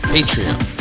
Patreon